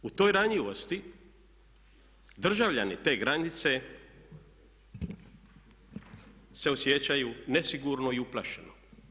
U toj ranjivosti državljani te granice se osjećaju nesigurno i uplašeno.